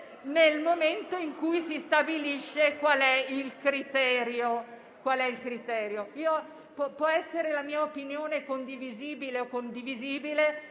nel momento in cui si stabilisce qual è il criterio. Può essere la mia opinione, condivisibile o non condivisibile,